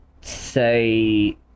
say